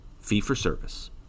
fee-for-service